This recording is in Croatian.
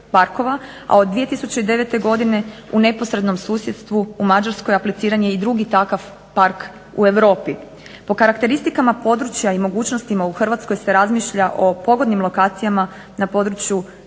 a od 2009. godine u neposrednom susjedstvu u Mađarskoj apliciran je i drugi takav park u Europi. Po karakteristikama područja i mogućnostima u HRvatskoj se razmišlja o pogodnim lokacijama na području